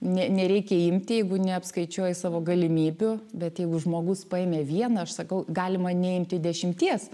ne nereikia imti jeigu neapskaičiuoji savo galimybių bet jeigu žmogus paėmė vieną aš sakau galima neimti dešimties